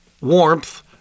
warmth